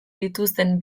dituzten